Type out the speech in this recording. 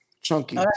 chunky